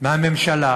מהממשלה